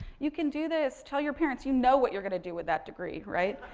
you can do this. tell your parents you know what you're going to do with that degree, right.